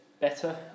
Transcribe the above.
better